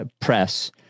press